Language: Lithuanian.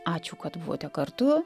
ačiū kad buvote kartu